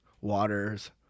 waters